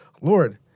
Lord